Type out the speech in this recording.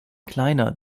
kleiner